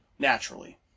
Naturally